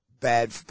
bad